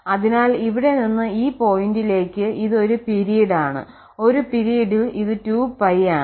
അതിനാൽ ഇവിടെ നിന്ന് ഈ പോയിന്റിലേക്ക് ഇത് ഒരു പിരീഡാണ്ഒരു പിരീഡിൽ ഇത് 2π ആണ്